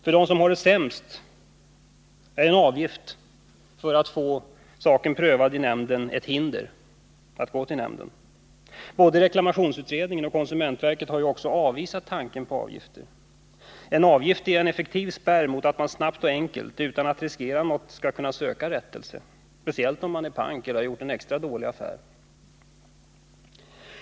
För dem som har det sämst ställt är en avgift för att få saken prövad i nämnden ett hinder för att gå till nämnden. Både reklamationsutredningen och konsumentverket har också avvisat tanken på avgifter. En avgift är en effektiv spärr mot att man snabbt och enkelt, utan att riskera något, skall kunna söka rättelse — speciellt om man är pank eller har gjort någon extra dålig affär.